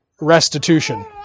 restitution